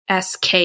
SK